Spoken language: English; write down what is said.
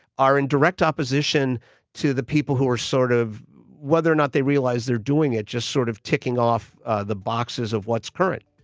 are in direct opposition to the people who are sort of whether or not they realize they're doing it just sort of ticking off the boxes of what's current